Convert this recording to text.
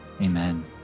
Amen